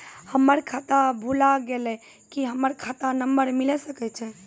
हमर खाता भुला गेलै, की हमर खाता नंबर मिले सकय छै?